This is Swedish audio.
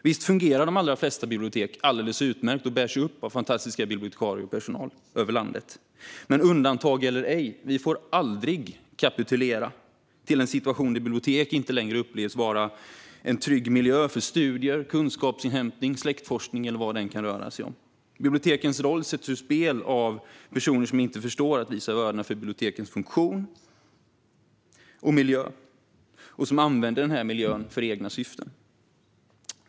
Visst fungerar de allra flesta bibliotek alldeles utmärkt och bärs upp av fantastiska bibliotekarier och personal över landet. Men undantag eller ej, vi får aldrig kapitulera för en situation där bibliotek inte längre upplevs vara en trygg miljö för studier, kunskapsinhämtning, släktforskning eller vad det än kan röra sig om. Bibliotekens roll sätts ur spel av personer som inte förstår att visa vördnad för bibliotekens funktion och miljö och som använder miljön för egna syften.